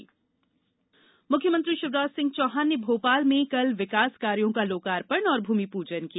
भोपाल विकास कार्य मुख्यमंत्री शिवराज सिंह चौहान ने भोपाल में कल विकास कार्यों का लोकार्पण और भूमि पूजन किया